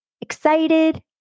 excited